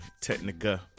technica